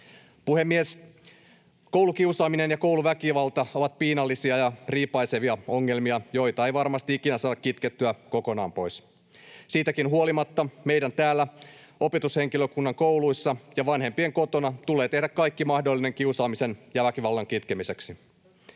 Puhemies! Koulukiusaaminen ja kouluväkivalta ovat piinallisia ja riipaisevia ongelmia, joita ei varmasti ikinä saada kitkettyä kokonaan pois. Siitäkin huolimatta meidän täällä, opetushenkilökunnan kouluissa ja vanhempien kotona tulee tehdä kaikki mahdollinen kiusaamisen ja väkivallan kitkemiseksi.